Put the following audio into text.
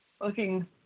looking